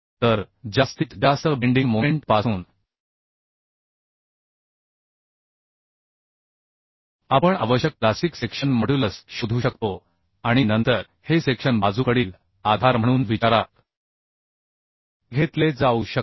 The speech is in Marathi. तर जास्तीत जास्त बेंडिंग मोमेंट पासून आपण आवश्यक प्लास्टिक सेक्शन मॉड्युलस शोधू शकतो आणि नंतर हे सेक्शन बाजूकडील आधार म्हणून विचारात घेतले जाऊ शकते